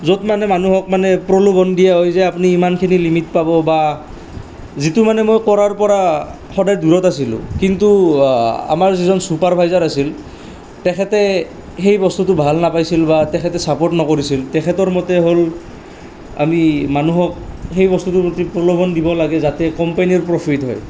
য'ত মানে মানুহক মানে প্ৰলোভন দিয়া হয় যে আপুনি ইমানখিনি লিমিট পাব বা যিটো মানে মই কৰাৰ পৰা সদায় দূৰত আছিলোঁ কিন্তু আমাৰ যিজন চুপাৰভাইজাৰ আছিল তেখেতে সেই বস্তুটো ভাল নাপাইছিল বা তেখেতে চাপৰ্ট নকৰিছিল তেখেতৰ মতে হ'ল আমি মানুহক সেই বস্তুটোৰ প্ৰতি প্ৰলোভন দিব লাগে যাতে কোম্পেনীৰ প্ৰ'ফিত হয়